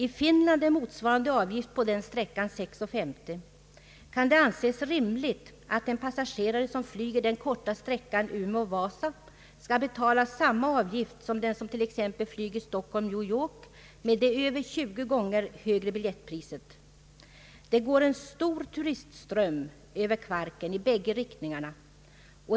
I Finland är motsvarande avgift på den sträckan 6 kronor 50 öre. Kan det anses rimligt att en passagerare som flyger den korta sträckan Umeå— Vasa skall betala samma avgift som den som t.ex. flyger Stockholm-—New York med ett över 20 gånger högre biljettpris? Det går en stor turistström över Kvarken — i bägge riktningarna.